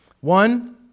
One